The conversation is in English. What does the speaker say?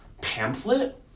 pamphlet